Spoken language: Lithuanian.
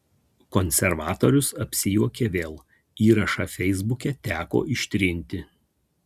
konservatorius apsijuokė vėl įrašą feisbuke teko ištrinti